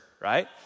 right